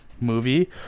movie